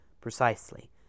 Precisely